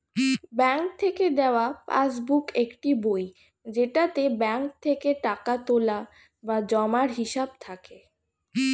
bank থেকে দেওয়া passbook একটি বই যেটাতে ব্যাঙ্ক থেকে টাকা তোলা বা জমার হিসাব থাকে